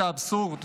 את האבסורד